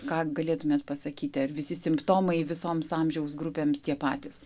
ką galėtumėt pasakyti ar visi simptomai visoms amžiaus grupėms tie patys